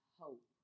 hope